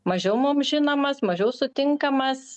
mažiau mum žinomas mažiau sutinkamas